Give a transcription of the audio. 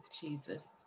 Jesus